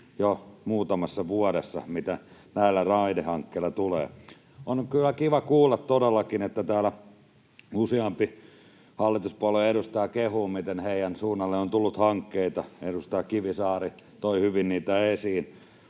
jo muutamassa vuodessa, mikä näillä raidehankkeilla tulee. On kyllä kiva kuulla todellakin, että täällä useampi hallituspuolueen edustaja kehuu, miten heidän suunnalleen on tullut hankkeita. Edustaja Kivisaari toi hyvin niitä esiin.